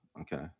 Okay